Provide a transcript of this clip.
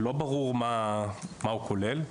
לא ברור מה הוא כולל,